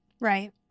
Right